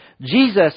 Jesus